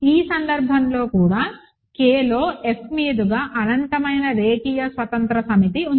ఈ సందర్భంలో కూడా Kలో F మీదుగా అనంతమైన రేఖీయ స్వతంత్ర సమితి ఉంది